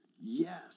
yes